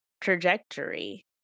trajectory